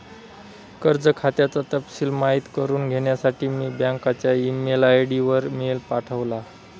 कर्ज खात्याचा तपशिल माहित करुन घेण्यासाठी मी बँकच्या ई मेल आय.डी वर मेल पाठवला